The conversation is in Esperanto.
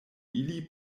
ili